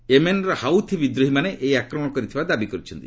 ୟେମେନ୍ର Houthi ବିଦ୍ରୋହୀମାନେ ଏହି ଆକ୍ରମଣ କରିଥିବା ଦାବି କରିଛନ୍ତି